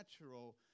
natural